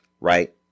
right